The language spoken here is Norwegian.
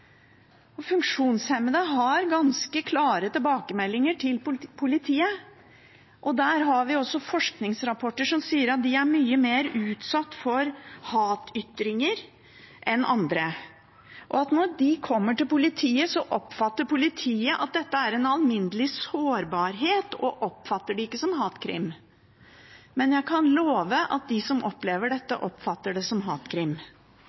Funksjonshemmede har ganske klare tilbakemeldinger til politiet. Vi har også forskningsrapporter som sier at de er mye mer utsatt for hatytringer enn andre, og at når de kommer til politiet, oppfatter politiet det som en alminnelig sårbarhet, ikke som hatkrim. Men jeg kan love at de som opplever dette, oppfatter det som hatkrim.